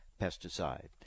pesticide